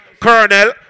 colonel